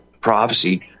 prophecy